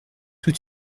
tout